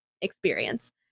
experience